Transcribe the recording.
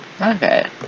Okay